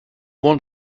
want